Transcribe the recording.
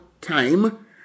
time